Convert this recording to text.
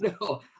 No